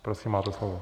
Prosím, máte slovo.